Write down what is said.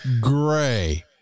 gray